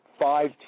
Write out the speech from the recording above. five